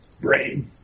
brain